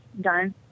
done